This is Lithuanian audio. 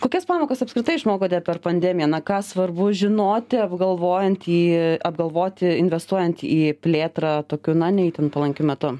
kokias pamokas apskritai išmokote per pandemiją na ką svarbu žinoti apgalvojant į apgalvoti investuojant į plėtrą tokiu na ne itin palankiu metu